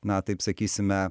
na taip sakysime